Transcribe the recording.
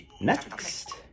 next